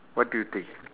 what do you think